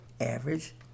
average